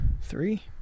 Three